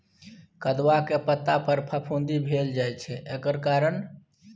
कदुआ के पता पर फफुंदी भेल जाय छै एकर कारण?